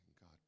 God